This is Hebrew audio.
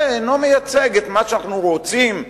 אינו מייצג את מה שאנחנו רוצים שיהיה,